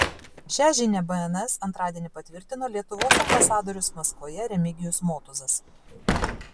šią žinią bns antradienį patvirtino lietuvos ambasadorius maskvoje remigijus motuzas